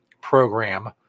Program